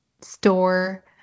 Store